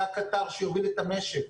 זה הקטר שיוביל את המשק,